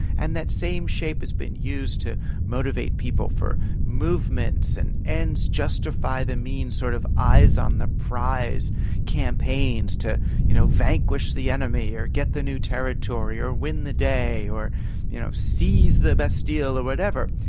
and that same shape has been used to motivate people for movements and ends justify the means or sort of eyes on the prize campaigns to you know vanquish the enemy or get the new territory or win the day or you know seize the bastille or whatever.